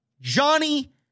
Johnny